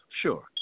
Sure